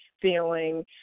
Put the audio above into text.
feeling